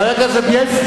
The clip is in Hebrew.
חבר הכנסת בילסקי,